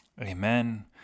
Amen